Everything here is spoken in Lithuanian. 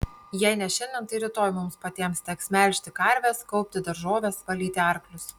jei ne šiandien tai rytoj mums patiems teks melžti karves kaupti daržoves valyti arklius